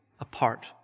apart